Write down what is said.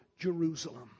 Jerusalem